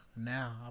Now